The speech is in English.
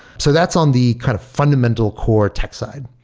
so that's on the kind of fundamental core tech side.